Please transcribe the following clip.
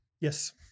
yes